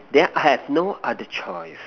then I have no other choice